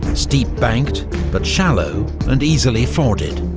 steep-banked but shallow and easily forded.